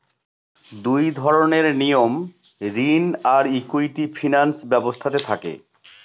দুই ধরনের নিয়ম ঋণ আর ইকুইটি ফিনান্স ব্যবস্থাতে থাকে